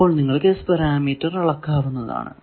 അപ്പോൾ നിങ്ങൾക്കു S parameter അളക്കാനാകുന്നതാണ്